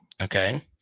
okay